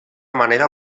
manera